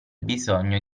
bisogno